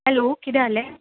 hello कितें जालें